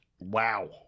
Wow